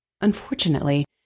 Unfortunately